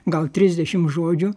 gal trisdešim žodžių